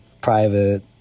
private